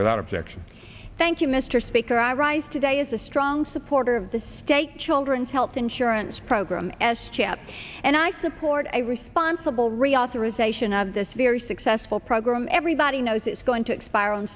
without objection thank you mr speaker i rise today is a strong supporter of the state children's health insurance program as chad and i support a responsible reauthorization of this very successful program everybody knows it's going to expire on